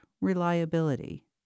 reliability